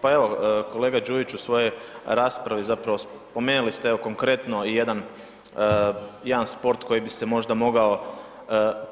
Pa evo, kolega Đujić, u svojoj raspravi zapravo spomenuli ste evo, konkretno jedan sport koji bi se možda mogao,